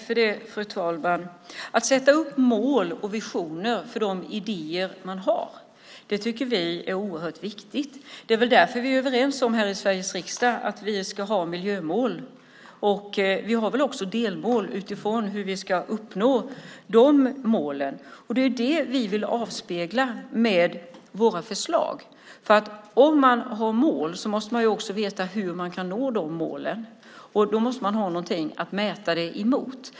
Fru talman! Att sätta upp mål och visioner för de idéer man har tycker vi är oerhört viktigt. Det är därför vi är överens här i Sveriges riksdag om att vi ska ha miljömål. Vi har väl också delmål utifrån hur vi ska uppnå de målen. Det är det vi vill avspegla med våra förslag. Om man har mål måste man nämligen också veta hur man kan nå de målen. Då måste man ha något att mäta dem emot.